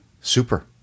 Super